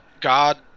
god